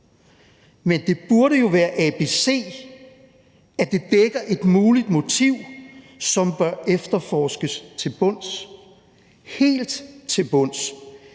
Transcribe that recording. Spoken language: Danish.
men det burde jo være abc, at det dækker et muligt motiv, som bør efterforskes til bunds – helt til bunds